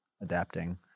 adapting